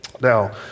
Now